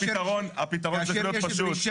הפתרון צריך להיות פשוט.